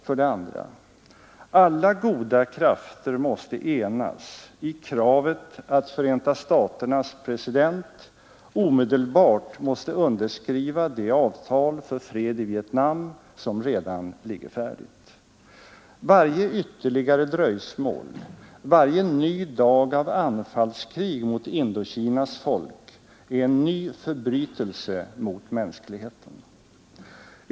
För det andra: Alla goda krafter måste enas i kravet att Förenta staternas president omedelbart skall underskriva det avtal för fred i Vietnam som redan ligger färdigt. Varje ytterligare dröjsmål, varje ny dag av anfallskrig mot Indokinas folk är en ny förbrytelse mot mänskligheten.